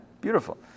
Beautiful